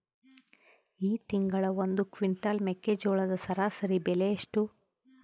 ಈ ತಿಂಗಳ ಒಂದು ಕ್ವಿಂಟಾಲ್ ಮೆಕ್ಕೆಜೋಳದ ಸರಾಸರಿ ಬೆಲೆ ಎಷ್ಟು?